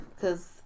cause